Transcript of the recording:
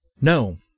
No